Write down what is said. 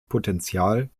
potenzial